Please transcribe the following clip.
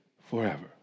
forever